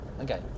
Okay